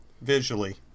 visually